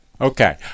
Okay